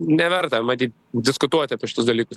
neverta matyt diskutuoti apie šitus dalykus